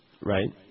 right